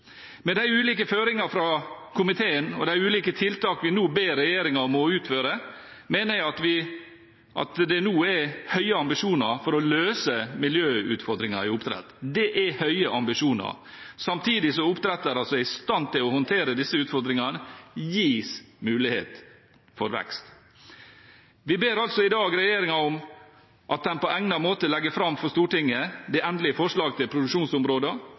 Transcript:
Med de ulike føringene fra komiteen og de ulike tiltakene vi nå ber regjeringen om å utføre, mener jeg at det nå er høye ambisjoner for å løse miljøutfordringene innenfor oppdrett, samtidig som oppdrettere som er i stand til å håndtere disse utfordringene, gis mulighet for vekst. Vi ber altså i dag om at regjeringen på egnet måte legger fram for Stortinget det endelige forslaget til produksjonsområder